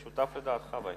אני שותף לדעתך בעניין הזה.